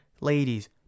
ladies